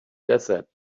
desert